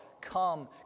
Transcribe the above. come